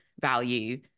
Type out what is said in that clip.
value